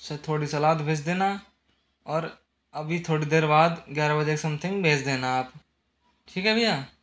sir थोड़ी सलाद भेज देना और अभी थोड़ी देर बाद ग्यारह बजे के समथिंग भेज देना आप ठीक है भईया